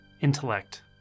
intellect